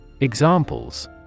Examples